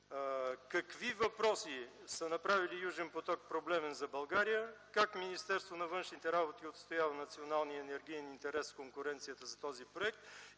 какви въпроси са направили „Южен поток” проблемен за България? Как Министерството на външните работи отстоява националния енергиен интерес в конкуренцията за този проект?